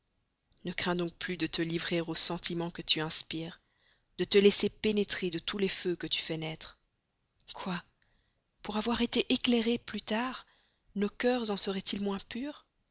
ne crains donc plus de te livrer aux sentiments que tu inspires de te laisser pénétrer de tous les feux que tu fais naître quoi nos cœurs en seraient-ils moins purs